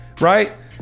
right